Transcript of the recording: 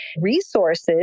resources